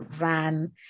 ran